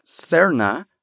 Serna